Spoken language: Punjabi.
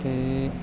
ਤੇ